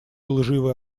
лживые